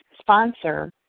sponsor